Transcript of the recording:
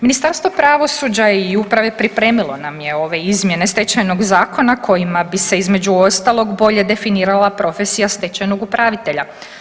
Ministarstvo pravosuđa i uprave pripremilo nam je ove izmjene Stečajnog zakona kojima bi se između ostalog bolje definirala profesija stečajnog upravitelja.